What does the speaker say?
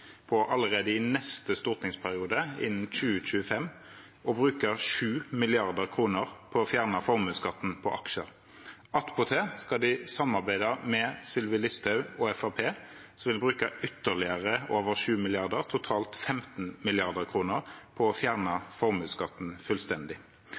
på allerede i neste stortingsperiode – innen 2025 – å bruke 7 mrd. kr på å fjerne formuesskatten på aksjer. Attpåtil skal de samarbeide med Sylvi Listhaug og Fremskrittspartiet som vil bruke ytterligere over 7 mrd. kr, totalt 15 mrd. kr, på å